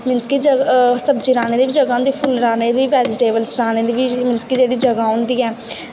मीनस कि सब्जी लाने दी बी जगह होंदी फुल्ल लानें दा बैजिटेवल्स लाने दी बी मीनस कि जेह्ड़ी जगह होंदी ऐ